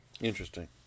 Interesting